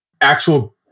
actual